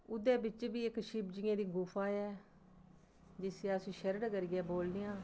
उ'दे बिच्च बी इक शिवजियें दी गुफा ऐ जिस्सी अस शरड़ करियै बोलने आं